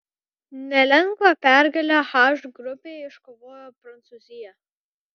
nelengvą pergalę h grupėje iškovojo prancūzija